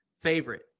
favorite